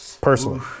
personally